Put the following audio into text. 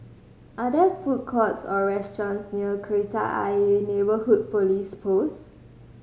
are there food courts or restaurants near Kreta Ayer Neighbourhood Police Post